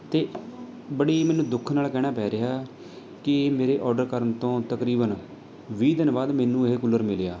ਅਤੇ ਬੜੀ ਮੈਨੂੰ ਦੁੱਖ ਨਾਲ਼ ਕਹਿਣਾ ਪੈ ਰਿਹਾ ਕਿ ਇਹ ਮੇਰੇ ਔਡਰ ਕਰਨ ਤੋਂ ਤਕਰੀਬਨ ਵੀਹ ਦਿਨ ਬਾਅਦ ਮੈਨੂੰ ਇਹ ਕੂਲਰ ਮਿਲਿਆ